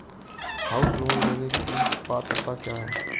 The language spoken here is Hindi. हाउस लोंन लेने की पात्रता क्या है?